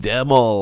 Demo